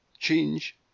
Change